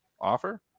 offer